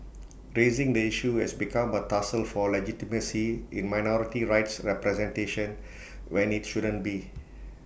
raising the issue has become A tussle for legitimacy in minority rights representation when IT shouldn't be